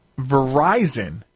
Verizon